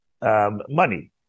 money